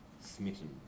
Smitten